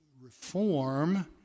reform